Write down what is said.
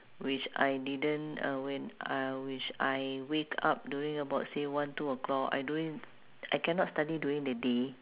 which I didn't uh when I which I wake up during about say one two o'clock I during I cannot study during the day